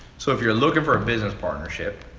so, if you're looking for a business partnership,